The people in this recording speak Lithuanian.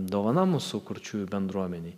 dovana mūsų kurčiųjų bendruomenei